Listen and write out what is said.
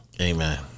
Amen